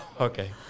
okay